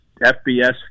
FBS